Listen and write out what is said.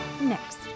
next